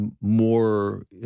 more